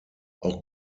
auch